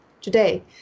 today